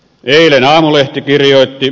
eilen aamulehti kirjoitti